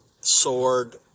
Sword